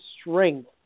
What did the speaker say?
strength